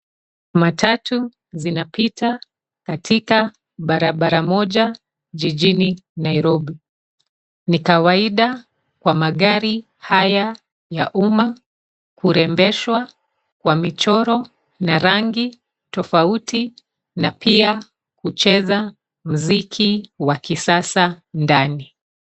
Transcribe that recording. Matatu zinapita katika barabara moja jijini Nairobi. Ni kawaida kwa magari haya ya umma kurembeshwa kwa michoro na rangi tofauti na pia kucheza mziki wa kisasa ndani.